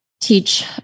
teach